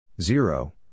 Zero